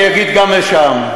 אני אגיע גם לשם.